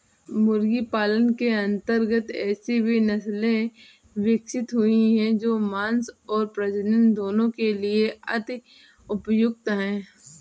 मुर्गी पालन के अंतर्गत ऐसी भी नसले विकसित हुई हैं जो मांस और प्रजनन दोनों के लिए अति उपयुक्त हैं